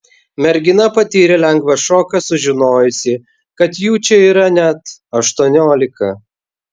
mergina patyrė lengvą šoką sužinojusi kad jų čia yra net aštuoniolika